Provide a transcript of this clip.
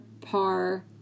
par